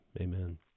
Amen